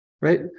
right